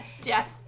Death